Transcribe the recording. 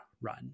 run